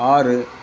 ஆறு